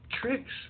tricks